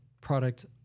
product